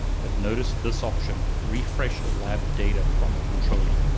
but notice this option, refresh lab data from controller.